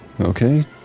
Okay